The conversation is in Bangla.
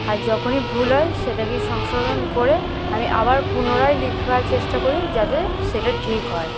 আর যখনই ভুল হয় সেটাকে সংশোধন করে আমি আবার পুনরায় লেখার চেষ্টা করি যাতে সেটা ঠিক হয়